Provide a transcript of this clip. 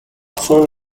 soon